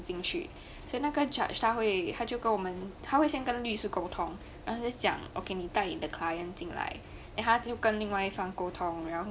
进去所以那个 judge 他会他就跟我们他会先跟律师沟通 then 会讲 ok 你带你的 client 进来 then 他就跟另外一方沟通然